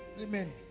Amen